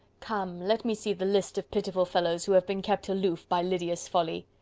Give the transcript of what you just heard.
come, let me see the list of pitiful fellows who have been kept aloof by lydia's folly.